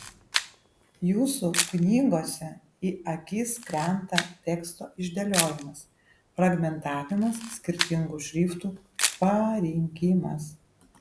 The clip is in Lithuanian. jūsų knygose į akis krenta teksto išdėliojimas fragmentavimas skirtingų šriftų parinkimas